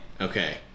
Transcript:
Okay